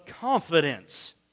confidence